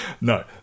No